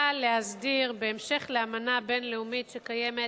באה להסדיר בהמשך לאמנה הבין-לאומית שקיימת,